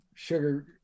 Sugar